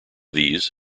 these